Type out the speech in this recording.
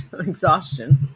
exhaustion